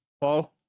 Paul